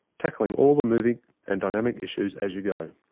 tackling all the moving and dynamic issues as you go.